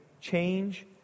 change